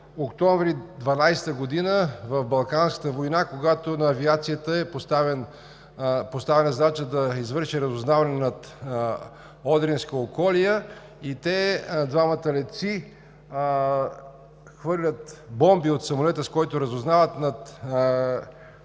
октомври 1912 г. в Балканската война, когато на авиацията е поставена задача да извърши разузнаване над Одринска околия – двамата летци хвърлят бомби от самолета, с който разузнават над жп гарата